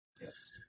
Yes